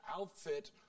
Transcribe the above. outfit